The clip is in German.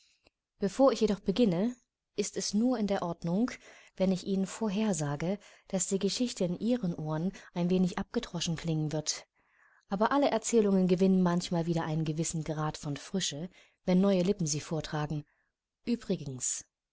bevor ich jedoch beginne ist es nur in der ordnung wenn ich ihnen vorhersage daß die geschichte in ihren ohren ein wenig abgedroschen klingen wird aber alle erzählungen gewinnen manchmal wieder einen gewissen grad von frische wenn neue lippen sie vortragen